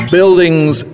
Buildings